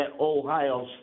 Ohio